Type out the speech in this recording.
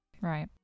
Right